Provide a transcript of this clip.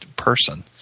person